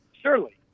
Surely